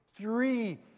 three